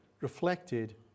reflected